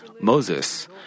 Moses